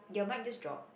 your mic just drop